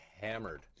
hammered